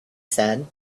said